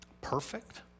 Perfect